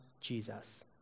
Jesus